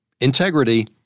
integrity